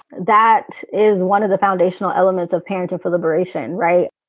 that is one of the foundational elements of parenting for liberation. right.